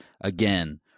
again